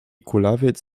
kulawiec